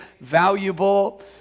valuable